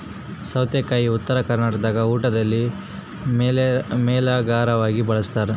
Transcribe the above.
ಸೌತೆಕಾಯಿ ಉತ್ತರ ಕರ್ನಾಟಕದಾಗ ಊಟದಲ್ಲಿ ಮೇಲೋಗರವಾಗಿ ಬಳಸ್ತಾರ